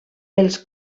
els